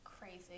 Crazy